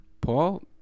Paul